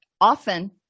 often